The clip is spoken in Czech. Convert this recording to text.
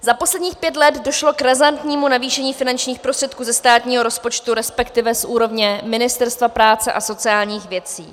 Za posledních pět let došlo k razantnímu navýšení finančních prostředků ze státního rozpočtu, respektive z úrovně Ministerstva práce a sociálních věcí.